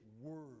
word